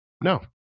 No